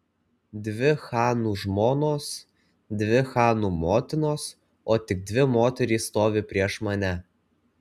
dvi chanų žmonos dvi chanų motinos o tik dvi moterys stovi prieš mane